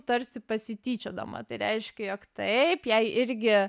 tarsi pasityčiodama tai reiškė jog taip jai irgi